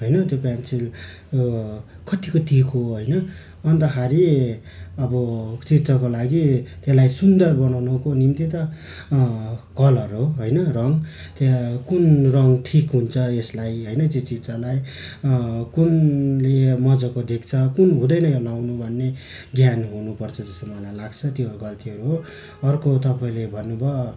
होइन त्यो पेन्सिल कत्तिको तिखो होइन अन्तखेरि अब चित्रको लागि त्यसलाई सुन्दर बनाउनुको निम्ति त कलर हो होइन रङ त्यहाँ कुन रङ ठिक हुन्छ यसलाई होइन त्यो चित्रलाई कुनले मजाको देख्छ कुन हुँदैन यहाँ लगाउनु भन्ने ज्ञान हुनुपर्छ जस्तो मलाई लाग्छ त्यो गल्तीहरू हो अर्को तपाईँले भन्नुभयो